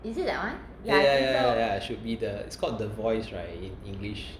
ya ya ya ya ya should be is called the voice right in english